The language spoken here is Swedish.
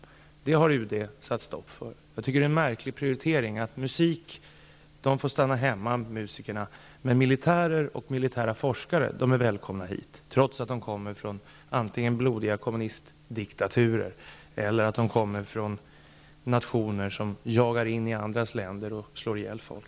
Det har UD satt stopp för. Det är en märklig prioritering att musikerna får stanna hemma, medan militärer och militära forskare är välkomna hit, trots att de kommer antingen från blodiga kommunistdiktaturer eller från nationer som jagar in i andras länder och slår ihjäl folk.